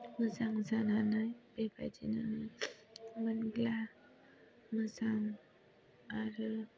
मोजां जानानै बेबायदिनो मोनब्ला मोजां आरो